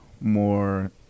more